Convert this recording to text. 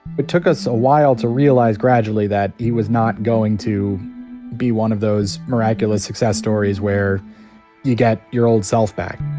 but took us a while to realize gradually that he was not going to be one of those miraculous success stories, where you get your old self back.